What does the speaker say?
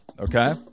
okay